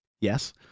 Yes